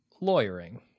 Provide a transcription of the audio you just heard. lawyering